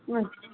ਅਛ